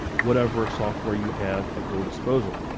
whatever software you have at your disposal.